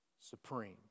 supreme